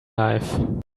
life